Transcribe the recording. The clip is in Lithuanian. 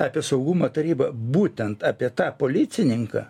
apie saugumo tarybą būtent apie tą policininką